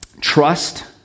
trust